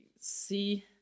see